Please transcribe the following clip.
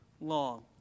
long